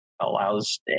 allows